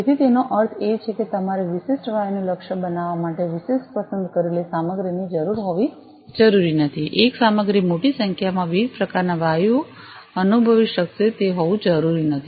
તેથી તેનો અર્થ એ છે કે તમારે વિશિષ્ટ વાયુઓને લક્ષ્ય બનાવવા માટે વિશિષ્ટ પસંદ કરેલી સામગ્રીની જરૂર હોવી જરૂરી નથી એક સામગ્રી મોટી સંખ્યામાં વિવિધ પ્રકારના વાયુઓ અનુભવી શકશે તે હોવું જરૂરી નથી